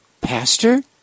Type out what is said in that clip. Pastor